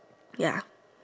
ya